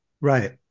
Right